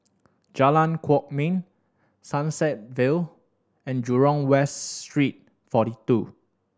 Jalan Kwok Min Sunset Vale and Jurong West Street Forty Two